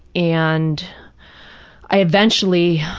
and i eventually